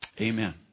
amen